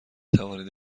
توانید